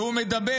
והוא מדבר